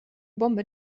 bombe